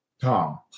Tom